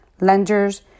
lenders